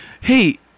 hey